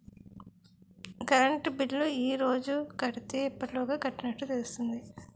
Current bill ఈ రోజు కడితే ఎప్పటిలోగా కట్టినట్టు తెలుస్తుంది?